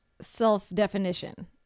self-definition